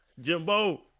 Jimbo